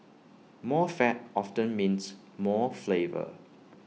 more fat often means more flavour